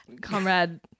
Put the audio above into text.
comrade